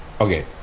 Okay